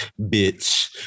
bitch